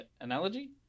analogy